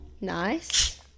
nice